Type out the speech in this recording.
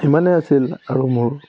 সিমানে আছিল আৰু মোৰ